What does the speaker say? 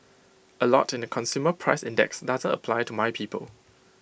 A lot in the consumer price index doesn't apply to my people